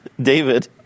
David